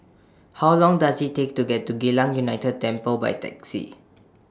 How Long Does IT Take to get to Geylang United Temple By Taxi